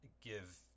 give